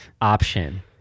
option